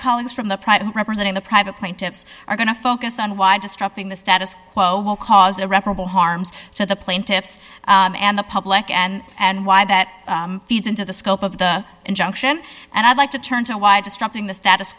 colleagues from the private representing the private plaintiffs are going to focus on why distracting the status quo will cause irreparable harm to the plaintiffs and the public and and why that feeds into the scope of the injunction and i'd like to turn to why destructing the status